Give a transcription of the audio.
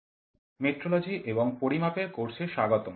metrology এবং পরিমাপের কোর্সে স্বাগতম